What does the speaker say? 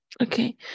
Okay